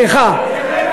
היא יכלה להגיש ערעור.